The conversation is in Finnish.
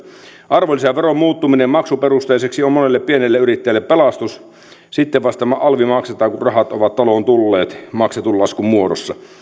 arvonlisäveron muuttuminen maksuperusteiseksi on monelle pienelle yrittäjälle pelastus sitten vasta alvi maksetaan kun rahat ovat taloon tulleet maksetun laskun muodossa